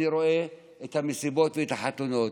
אני רואה את המסיבות ואת החתונות.